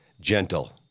Gentle